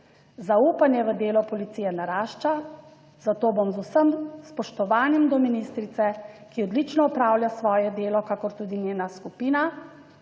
Zaupanje v delo policije narašča, zato bom z vsem spoštovanjem do ministrice, ki odlično opravlja svoje delo, kakor tudi njena skupina